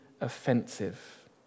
offensive